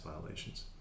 violations